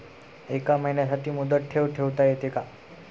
एका महिन्यासाठी मुदत ठेव ठेवता येते का?